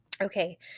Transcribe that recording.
Okay